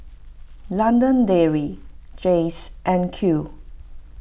London Dairy Jays and Qoo